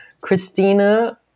Christina